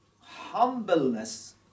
humbleness